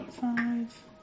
Five